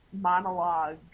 monologue